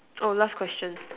oh last question